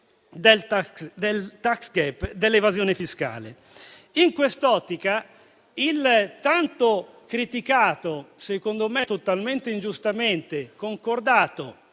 del *tax gap*, dell'evasione fiscale. In questa ottica il tanto criticato, secondo me totalmente ingiustamente, concordato